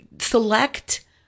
select